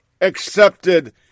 accepted